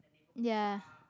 ya